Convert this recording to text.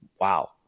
Wow